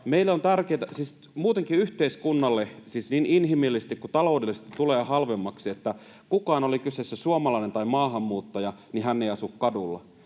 meille tärkeä asia. Siis muutenkin yhteiskunnalle niin inhimillisesti kuin taloudellisesti tulee halvemmaksi, että kukaan, oli kyseessä suomalainen tai maahanmuuttaja, ei asu kadulla.